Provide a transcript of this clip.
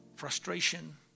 Frustration